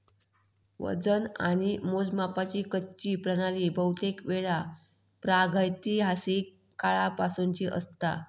वजन आणि मोजमापाची कच्ची प्रणाली बहुतेकवेळा प्रागैतिहासिक काळापासूनची असता